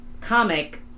comic